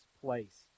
place